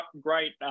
great